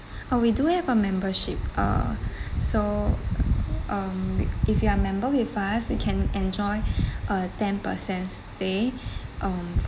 oh we do have a membership uh so um if you are a member with us you can enjoy uh ten percent stay um